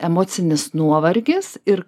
emocinis nuovargis ir